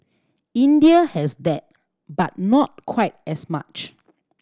India has that but not quite as much